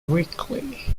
weekly